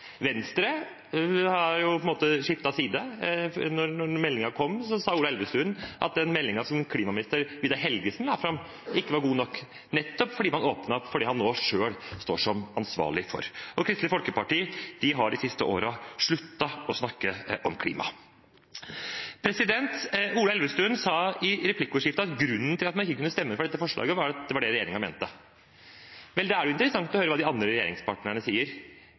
Venstre har på en måte skiftet side. Da meldingen kom, sa Ola Elvestuen at den meldingen som klimaminister Vidar Helgesen la fram, ikke var god nok, nettopp fordi man åpnet opp for det han selv står som ansvarlig for. Kristelig Folkeparti har de siste årene sluttet å snakke om klima. Ola Elvestuen sa i replikkordskiftet at grunnen til at man ikke kunne stemme for dette forslaget, var at det var det regjeringen mente. Det er interessant å høre hva de andre regjeringspartnerne sier.